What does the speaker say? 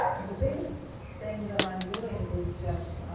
the biggest thing that i'm doing is just